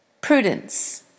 prudence